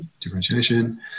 differentiation